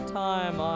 time